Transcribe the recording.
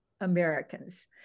Americans